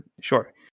sure